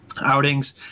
outings